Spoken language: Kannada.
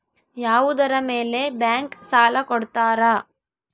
ಯಾವುದರ ಮೇಲೆ ಬ್ಯಾಂಕ್ ಸಾಲ ಕೊಡ್ತಾರ?